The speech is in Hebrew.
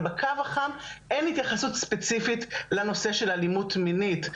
אבל בקו החם אין התייחסות ספציפית לנושא של אלימות מינית.